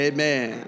Amen